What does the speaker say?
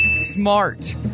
Smart